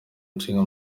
nshinga